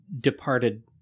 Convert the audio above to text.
departed